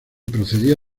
procedía